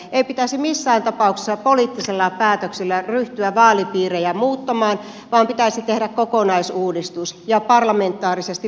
ei pitäisi missään tapauksessa poliittisilla päätöksillä ryhtyä vaalipiirejä muuttamaan vaan pitäisi tehdä kokonaisuudistus ja parlamentaarisesti valmistellen